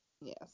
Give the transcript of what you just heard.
Yes